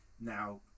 now